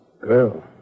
Girl